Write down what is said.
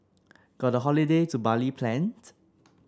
got a holiday to Bali planned